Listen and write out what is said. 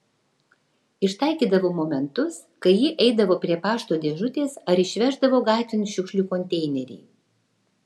ištaikydavau momentus kai ji eidavo prie pašto dėžutės ar išveždavo gatvėn šiukšlių konteinerį